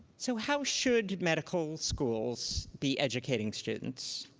so how should medical schools be educating students